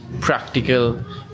practical